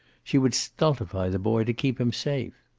she would stultify the boy to keep him safe.